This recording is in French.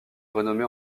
renommé